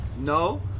no